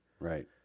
right